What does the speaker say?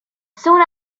soon